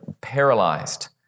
paralyzed